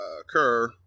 occur